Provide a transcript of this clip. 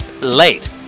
late